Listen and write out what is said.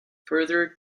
further